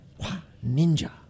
ninja